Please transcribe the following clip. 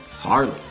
Harley